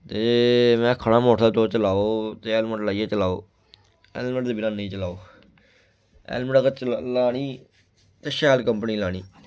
ते में आखना मोटरसैकल तुस चलाओ ते हेलमेट लाइयै चलाओ हेलमेट दे बिना नेईं चलाओ हेलमेट अगर चला लानी ते शैल कंपनी दी लानी